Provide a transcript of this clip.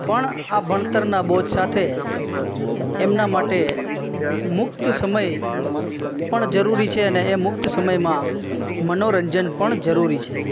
પણ આ ભણતરના બોજ સાથે એમના માટે મુક્ત સમય પણ જરૂરી છે અને એ મુક્ત સમયમાં મનોરંજન પણ જરૂરી છે